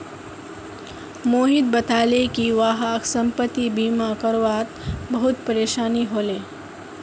मोहित बताले कि वहाक संपति बीमा करवा त बहुत परेशानी ह ले